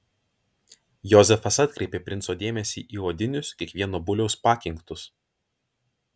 jozefas atkreipė princo dėmesį į odinius kiekvieno buliaus pakinktus